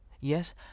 Yes